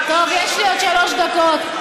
יש לי עוד שלוש דקות,